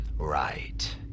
Right